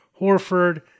Horford